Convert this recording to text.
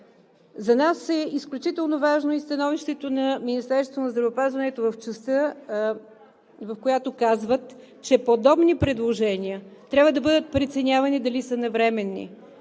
За нас е изключително важно и становището на Министерството на здравеопазването в частта, в която казват, че подобни предложения трябва да бъдат преценявани дали са навременни.